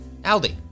Aldi